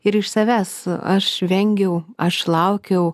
ir iš savęs aš vengiau aš laukiau